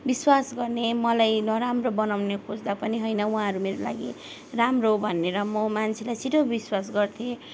विश्वास गर्ने मलाई नराम्रो बनाउने खोज्दा पनि होइन मेरो उहाँहरू मेरो लागि राम्रो हो भनेर म मान्छेलाई छिटो विश्वास गर्थेँ